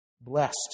blessed